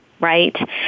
right